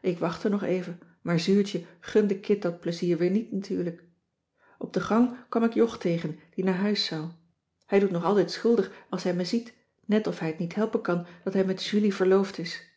ik wachtte nog even maar zuurtje gunde kit dat plezier weer niet natuurlijk op de gang kwam ik jog tegen die naar huis zou hij doet nog altijd schuldig als hij me ziet net of hij t niet helpen kan dat hij met julie verloofd is